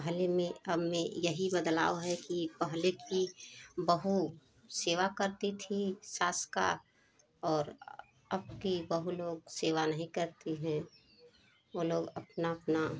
पहले में अब में यही बदलाव है कि पहले की बहु सेवा करती थी सास का और अब की बहू लोग सेवा नहीं करती है वो लोग अपना अपना